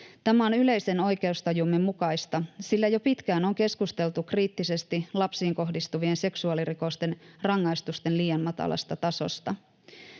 Tämä on yleisen oikeustajumme mukaista, sillä jo pitkään on keskusteltu kriittisesti lapsiin kohdistuvien seksuaalirikosten rangaistusten liian matalasta tasosta.